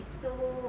so